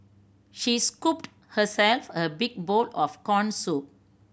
she scooped herself a big bowl of corn soup